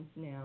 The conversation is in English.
now